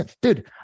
dude